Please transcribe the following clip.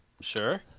Sure